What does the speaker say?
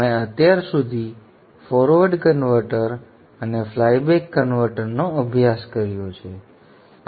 અમે અત્યાર સુધી ફોરવર્ડ કન્વર્ટર અને ફ્લાય બેક કન્વર્ટરનો અભ્યાસ કર્યો છે